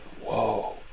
whoa